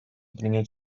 принять